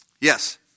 Yes